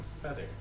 feather